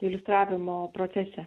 iliustravimo procese